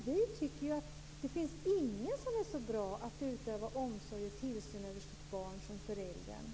Vi tycker att det inte finns någon som är så bra på att utöva omsorg och tillsyn över sitt barn som föräldern.